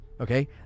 Okay